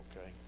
okay